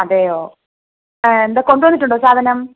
അതെയോ എന്താണ് കൊണ്ടുവന്നിട്ടുണ്ടോ സാധനം